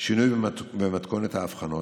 בשינוי במתכונת ההיבחנות,